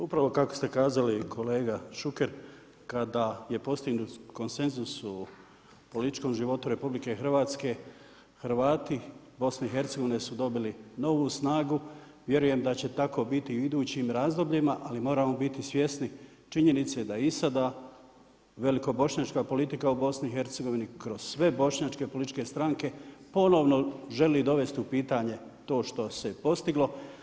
Upravo kako ste kazali kolega Šuker, kada je postignut konsenzus u političkom životu RH, Hrvati iz BIH su dobili novu snagu, vjerujem da će tako biti i u idućim razdobljima, ali moramo biti svjesni činjenice a je i sada Velikobošnjačka politika u BIH, kroz sve bošnjačke političke stranke, ponovno želi dovesti u pitanje, to što se postiglo.